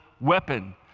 weapon